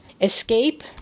Escape